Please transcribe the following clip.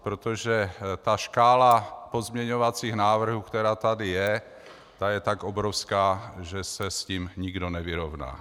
Protože ta škála pozměňovacích návrhů, která tady je, je tak obrovská, že se s tím nikdo nevyrovná.